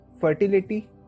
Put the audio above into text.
fertility